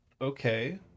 okay